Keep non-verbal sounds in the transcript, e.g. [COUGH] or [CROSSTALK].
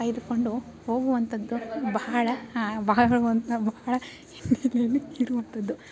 ಕಾಯ್ದುಕೊಂಡು ಹೋಗುವಂಥದ್ದು ಬಹಳ ಹಾಂ ಬಹಳವನ್ ಬಹಳ [UNINTELLIGIBLE] ಇರುವಂಥದ್ದು